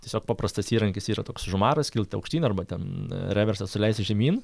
tiesiog paprastas įrankis yra toks žumaras kilti aukštyn arba ten reversas leistis žemyn